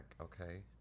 okay